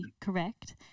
correct